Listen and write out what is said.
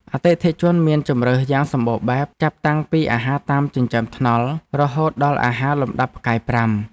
អតិថិជនមានជម្រើសយ៉ាងសម្បូរបែបចាប់តាំងពីអាហារតាមចិញ្ចើមថ្នល់រហូតដល់អាហារលំដាប់ផ្កាយប្រាំ។